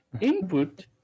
input